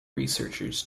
researchers